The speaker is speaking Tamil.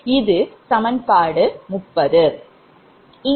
இது சமன்பாடு 30